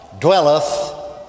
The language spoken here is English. dwelleth